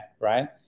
right